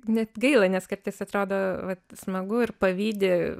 net gaila nes kartais atrodo vat smagu ir pavydi